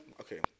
okay